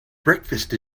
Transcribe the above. breakfast